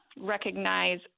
recognize